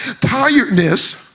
tiredness